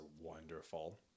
wonderful